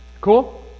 Cool